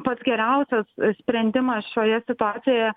pats geriausias sprendimas šioje situacijoje